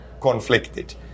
conflicted